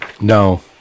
No